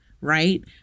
right